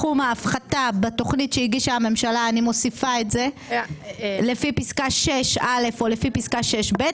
ההפחתה בתכנית שהגישה הממשלה לפי פסקה (6)(א) או לפי פסקה (6)(ב),